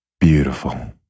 Beautiful